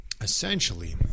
essentially